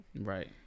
Right